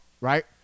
right